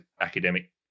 academic